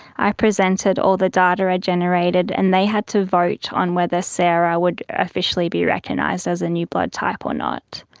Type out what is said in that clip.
i presented all the data i ah generated and they had to vote on whether sarah would officially be recognised as a new blood type or not.